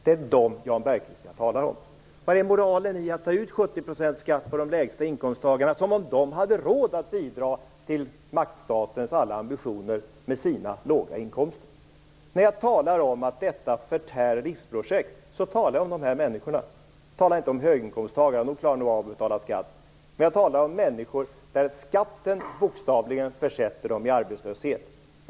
Det är dem, Jan Bergqvist, jag talar om. Vad är moralen i att ta ut 70 % skatt av dem med lägst inkomster, som om de hade råd att bidra till maktstatens alla ambitioner med sina låga inkomster? När jag talar om att detta förtär livsprojekt talar jag om dessa människor. Jag talar inte om höginkomsttagare; de klarar nog av att betala skatt. Jag talar om människor som skatten bokstavligen försätter i arbetslöshet.